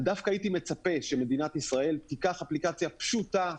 דווקא הייתי מצפה שמדינת ישראל תיקח אפליקציה פשוטה,